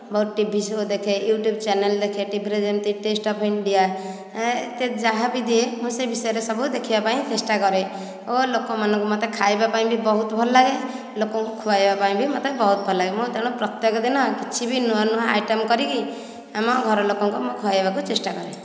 ବହୁତ TV show ଦେଖେ YouTube channel ଦେଖେ ଟିଭିରେ ଯେମିତି ଟେଷ୍ଟ ଅଫ ଇଣ୍ଡିଆ ଯାହା ବି ଦିଏ ମୁଁ ସେ ବିଷୟରେ ସବୁ ଦେଖିବା ପାଇଁ ଚେଷ୍ଟା କରେ ଓ ଲୋକମାନଙ୍କୁ ମୋତେ ଖାଇବା ପାଇଁ ବି ବହୁତ ଭଲ ଲାଗେ ଲୋକଙ୍କୁ ଖୁଆଇବା ପାଇଁ ବି ମୋତେ ବହୁତ ଭଲ ଲାଗେ ମୁଁ ତେଣୁ ପ୍ରତ୍ୟେକ ଦିନ କିଛି ବି ନୂଆ ନୂଆ ଆଇଟମ୍ କରିକି ଆମ ଘର ଲୋକଙ୍କୁ ମୁଁ ଖୁଆଇବାକୁ ଚେଷ୍ଟା କରେ